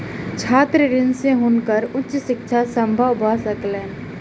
छात्र ऋण से हुनकर उच्च शिक्षा संभव भ सकलैन